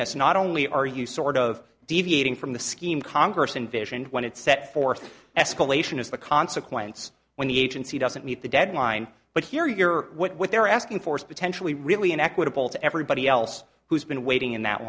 mandamus not only are you sort of deviating from the scheme congress invasion when it sets forth an escalation is the consequence when the agency doesn't meet the deadline but here you're what they're asking force potentially really an equitable to everybody else who's been waiting in that